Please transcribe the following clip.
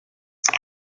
sky